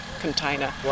container